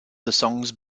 songs